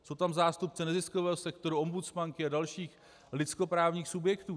Jsou tam zástupci neziskového sektoru, ombudsmanky a dalších lidskoprávních subjektů.